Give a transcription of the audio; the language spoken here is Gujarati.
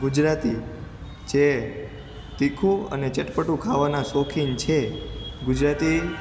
ગુજરાતી જે તીખું અને ચટપટું ખાવાના શોખીન છે ગુજરાતી